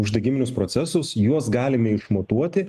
uždegiminius procesus juos galime išmatuoti